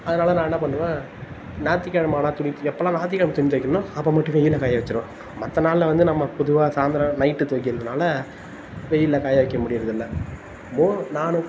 அதனால நான் என்ன பண்ணுவேன் ஞாயிற்றுக் கெழமை ஆனால் துணி எப்பெலாம் ஞாயிற்றுக் கெழமை துணி துவக்கிறனோ அப்போ மட்டும் வெயிலில் காய வெச்சுருவேன் மற்ற நாளில் வந்து நம்ம பொதுவாக சாயந்தரம் நைட்டு துவக்கிறதுனால வெயிலில் காய வைக்க முடிகிறதில்ல மோ நான்